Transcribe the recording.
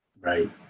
right